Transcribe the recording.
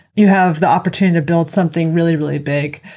you have the opportunity to build something really really big.